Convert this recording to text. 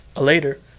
later